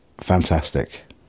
fantastic